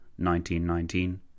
1919